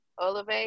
olive